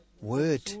word